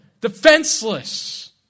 Defenseless